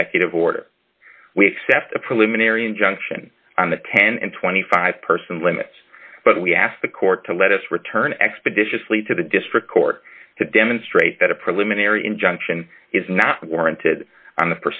executive order we accept a preliminary injunction on the ten and twenty five person limits but we asked the court to let us return expeditiously to the district court to demonstrate that a preliminary injunction is not warranted on the